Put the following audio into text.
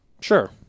sure